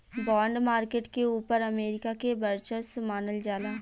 bond market के ऊपर America के वर्चस्व मानल जाला